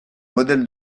modèle